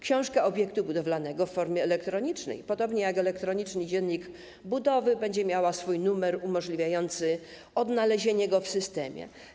Książka obiektu budowlanego w formie elektronicznej, podobnie jak elektroniczny dziennik budowy, będzie miała swój numer umożliwiający odnalezienie jej w systemie.